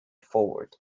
forward